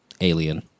alien